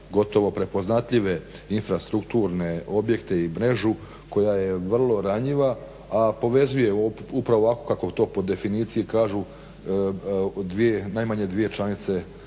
gotovo prepoznatljive infrastrukturne objekte i mrežu koja je vrlo ranjiva, a povezuje upravo ovako kako to po definiciji kažu dvije, najmanje dvije članice